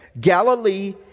galilee